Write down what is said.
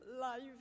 life